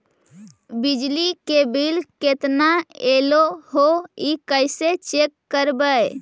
बिजली के बिल केतना ऐले हे इ कैसे चेक करबइ?